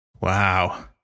Wow